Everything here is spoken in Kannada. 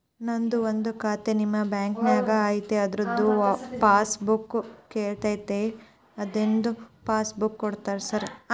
ನಂದು ಒಂದು ಖಾತೆ ನಿಮ್ಮ ಬ್ಯಾಂಕಿನಾಗ್ ಐತಿ ಅದ್ರದು ಪಾಸ್ ಬುಕ್ ಕಳೆದೈತ್ರಿ ಇನ್ನೊಂದ್ ಪಾಸ್ ಬುಕ್ ಕೂಡ್ತೇರಾ ಸರ್?